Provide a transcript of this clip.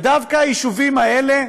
ודווקא היישובים האלה